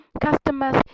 Customers